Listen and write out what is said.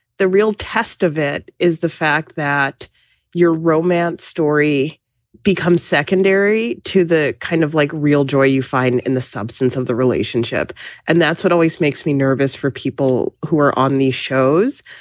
the real test of it is the fact that your romance story becomes secondary to the kind of like real joy you find in the substance of the relationship and that's what always makes me nervous for people who are on these shows,